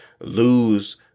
lose